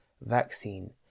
vaccine